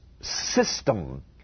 system